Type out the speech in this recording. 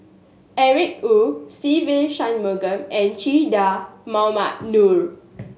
Eric Khoo Se Ve Shanmugam and Che Dah Mohamed Noor